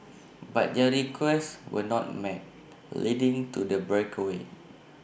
but their requests were not met leading to the breakaway